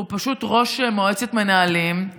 הוא פשוט ראש מועצת מנהלים,